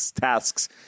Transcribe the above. tasks